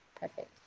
Perfect